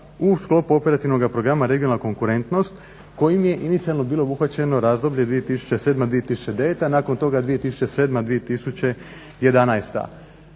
u sklopu Operativnog programa "Regionalna konkurentnost" kojim je inicijalno bilo obuhvaćeno razdoblje 2007.-2009., nakon toga 2007.-2011.